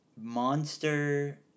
Monster